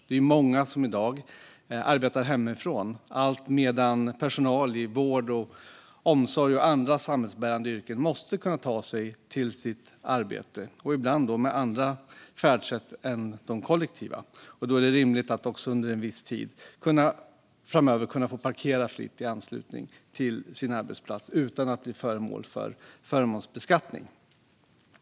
Det är i dag många som arbetar hemifrån, alltmedan personal i vård och omsorg och andra samhällsbärande verksamheter måste kunna ta sig till sitt arbete, ibland med andra färdsätt än de kollektiva. Då är det rimligt att de under en viss tid framöver kan få parkera i anslutning till sin arbetsplats utan att bli föremål för förmånsbeskattning.